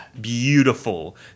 beautiful